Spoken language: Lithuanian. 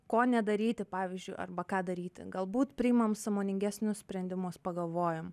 ko nedaryti pavyzdžiui arba ką daryti galbūt priimam sąmoningesnius sprendimus pagalvojam